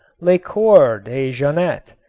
le coeur de jeannette,